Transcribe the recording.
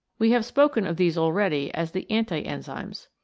we have spoken of these already as the anti-enzymes.